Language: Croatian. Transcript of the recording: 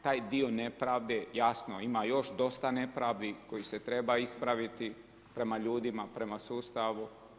Taj dio nepravde jasno ima još dosta nepravdi koje se treba ispraviti prema ljudima, prema sustavu.